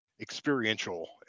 experiential